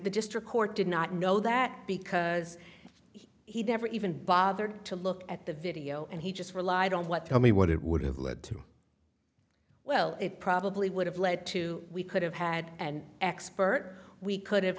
the district court did not know that because he did every even bothered to look at the video and he just relied on what tell me what it would have led to well it probably would have led to we could have had an expert we could have